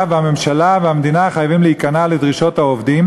והממשלה והמדינה חייבות להיכנע לדרישות העובדים,